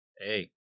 Hey